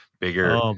bigger